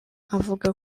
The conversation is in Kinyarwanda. avuga